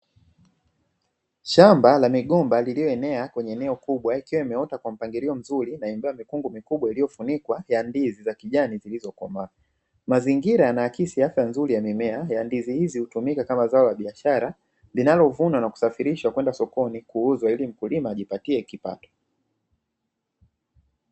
Shamba la migomba lililoenea kwenye eneo kubwa ikiwa imeota kwa mpangilio mzuri na ambayo ina mikungu mikubwa ya ndizi za kijani zilizokomaa, mazingira yanaakisi atha nzuri ya mimea ya ndizi hizi hutumika kama zao la biashara , linalovunwa na kusafirishwa kwenda sokoni kuuzwa ili mkulima ajipatie kipato.